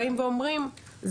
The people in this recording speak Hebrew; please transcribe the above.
באים ואומרים,